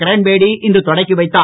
கிரண்பேடி இன்று தொடங்கி வைத்தார்